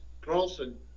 Carlson